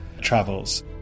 travels